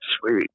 Sweet